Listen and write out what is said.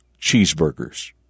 cheeseburgers